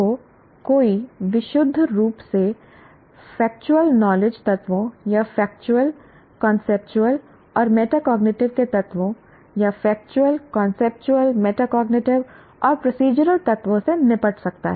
तो कोई विशुद्ध रूप से फेक्चुअल नॉलेज तत्वों या फेक्चुअल कांसेप्चुअल और मेटाकॉग्निटिव के तत्वों या फेक्चुअल कांसेप्चुअल मेटाकॉग्निटिव और प्रोसीजरल तत्वों से निपट सकता है